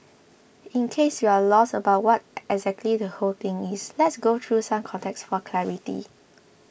in case you're lost about what exactly the whole thing is let's go through some context for clarity